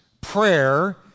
prayer